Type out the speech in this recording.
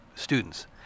students